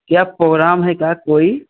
क्या प्रोग्राम है का कोई